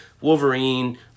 Wolverine